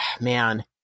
man